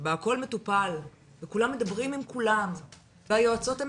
שבה הכל מטופל וכולם מדברים עם כולם והיועצות הן